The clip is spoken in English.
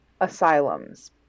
asylums